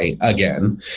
again